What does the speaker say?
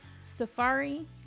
Safari